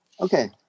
Okay